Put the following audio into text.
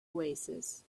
oasis